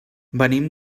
venim